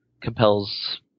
compels